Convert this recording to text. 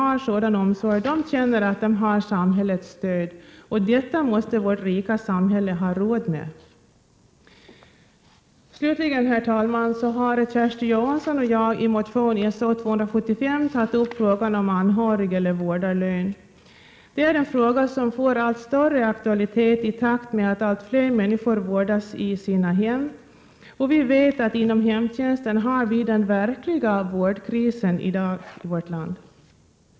1987/88:118 omsorg känner att de har samhällets stöd, och detta måste vårt rika samhälle ha råd med. Slutligen, herr talman, har Kersti Johansson och jag i motion S0275 tagit upp frågan om anhörigeller vårdarlön. Det är en fråga som får allt större aktualitet i takt med att allt fler människor vårdas i sina hem. Vi vet också att det är inom hemtjänsten som vi i dag har den verkliga vårdkrisen i vårt land.